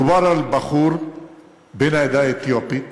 מדובר על בחור בן העדה האתיופית